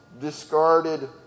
discarded